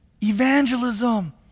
Evangelism